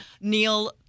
Neil